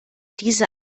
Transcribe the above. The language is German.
diese